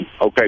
okay